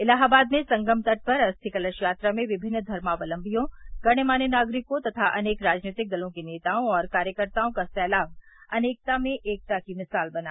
इलाहाबाद में संगम तट पर अस्थि कलश यात्रा में विभिन्न धर्मावलश्वियों गणमान्य नागरिकों तथा अनेक राजनीतिक दलों के नेताओं और कार्यकर्ताओं का सैलाब अनेकता में एकता की मिसाल बना